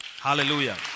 Hallelujah